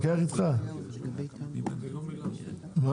תאגידי וביוב (תיקון מס' 11),